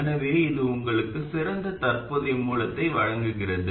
எனவே இது உங்களுக்கு சிறந்த தற்போதைய மூலத்தை வழங்குகிறது